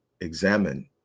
examine